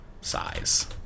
size